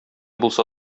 булса